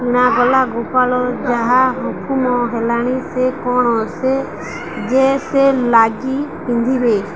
କିଣାାଗଲା ଗୋପାଳ ଯାହା ହଫୁମ ହେଲାଣି ସେ କଣ ସେ ଯେ ସେ ଲାଗି ପିନ୍ଧିବେ